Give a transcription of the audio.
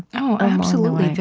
oh, absolutely.